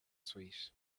sweet